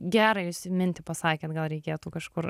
gerą jūs mintį pasakėt gal reikėtų kažkur